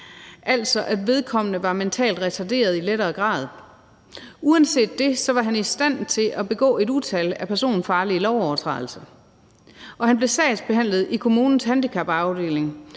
altså vedkommende var mentalt retarderet i lettere grad. Uanset det var han i stand til at begå et utal af personfarlige lovovertrædelser. Han blev sagsbehandlet i kommunens handicapafdeling,